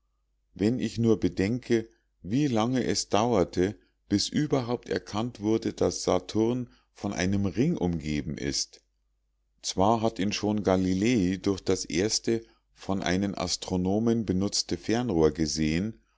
wenn ich nur bedenke wie lange es dauerte bis überhaupt erkannt wurde daß saturn von einem ring umgeben ist zwar hat ihn schon galilei durch das erste von einen astronomen benutzte fernrohr gesehen